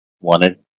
wanted